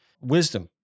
wisdom